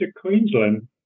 Queensland